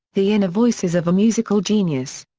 the inner voices of a musical genius.